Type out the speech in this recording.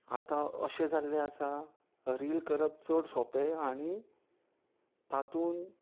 आतां अशें जाल्ले आसा रील करप चड सोंपें आनी तातूंत